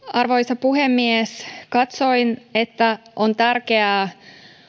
arvoisa puhemies katsoin että on tärkeää